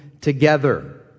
Together